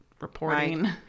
reporting